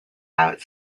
out